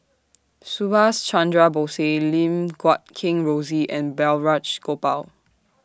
Subhas Chandra Bose Lim Guat Kheng Rosie and Balraj Gopal